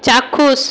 চাক্ষুষ